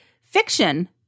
fiction